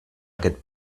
aquest